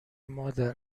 مادر